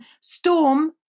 Storm